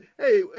Hey